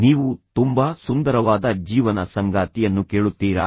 ನೀವು ತುಂಬಾ ಸುಂದರವಾದ ಅಥವಾ ಸುಂದರವಾದ ಜೀವನ ಸಂಗಾತಿಯನ್ನು ಕೇಳುತ್ತೀರಾ